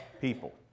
people